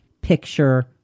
picture